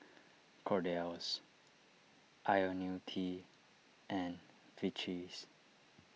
Kordel's Ionil T and Vichy's